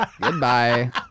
goodbye